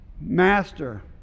Master